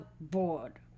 bored